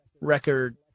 record